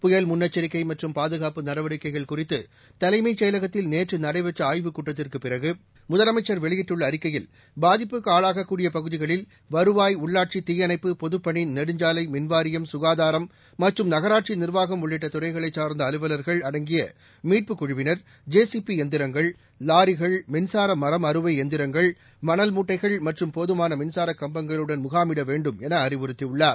புயல் முன்னெச்சரிக்கைமற்றும் பாதுகாப்பு நடவடிக்கைகள் குறித்து தலைமைச் செயலகத்தில் நேற்றுநடைபெற்றஆய்வுக் கூட்டத்திற்குப் பாதிப்புக்குஆளாகக்கூடியபகுதிகளில் வருவாய் உள்ளாட்சி தீயணைப்பு பொதுப்பணி நெடுஞ்சாலை மின்வாரியம் கனதாரம் மற்றும் நகராட்சிநிர்வாகம் உள்ளிட்டதுறைகளைச் சார்ந்தஅலுவலர்கள் அடங்கியமீட்புக் குழுவினர் ஜேசிபிஎந்திரங்கள் வாரிகள் மின்சாரமரம் அறுவைஎந்திரங்கள் மணல் மூட்டைகள் மற்றும் போதுமானமின்சாரக் கம்பங்களுடன் முகாமிடவேண்டும் எனஅறிவுறுத்தியுள்ளார்